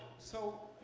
so